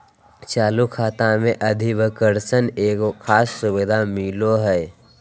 चालू खाता मे अधिविकर्षण एगो खास सुविधा मिलो हय